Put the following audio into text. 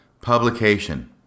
publication